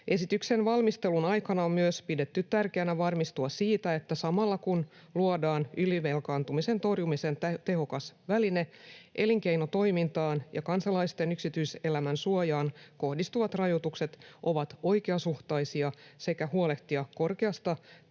Esityksen valmistelun aikana on myös pidetty tärkeänä varmistua siitä, että samalla kun luodaan ylivelkaantumisen torjumisen tehokas väline, elinkeinotoimintaan ja kansalaisten yksityiselämän suojaan kohdistuvat rajoitukset ovat oikeasuhtaisia, sekä huolehtia korkeasta